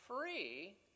free